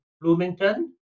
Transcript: Bloomington